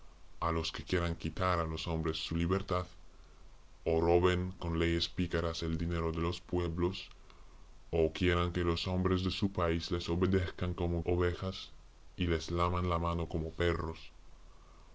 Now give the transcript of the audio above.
a los que quieran quitar a los hombres su libertad o roben con leyes pícaras el dinero de los pueblos o quieran que los hombres de su país les obedezcan como ovejas y les laman la mano como perros